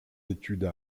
études